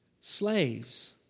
slaves